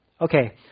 Okay